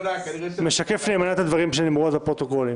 אני משקף נאמנה את הדברים שנאמרו אז בפרוטוקול.